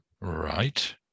Right